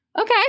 okay